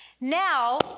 Now